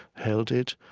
held it.